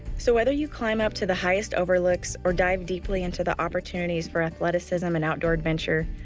so whether you climb up to the highest overlooks or dive deeply into the opportunities for athleticism and outdoor adventure,